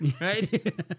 right